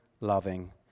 loving